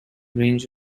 range